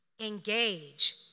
Engage